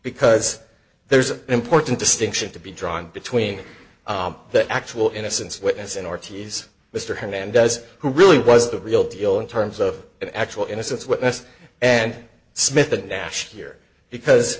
because there's an important distinction to be drawn between the actual innocence witness in ortiz mr hernandez who really was the real deal in terms of an actual innocence witness and smith and nash here because